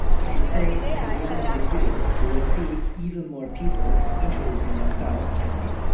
if you stay until the end of this video, you will see even more people introducing themselves as me.